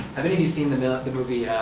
have any of you seen the the movie,